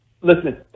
Listen